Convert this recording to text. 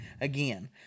again